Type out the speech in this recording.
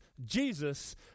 Jesus